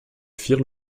firent